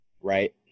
Right